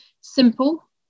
simple